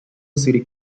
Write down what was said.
city